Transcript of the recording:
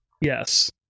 Yes